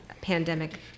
Pandemic